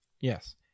Yes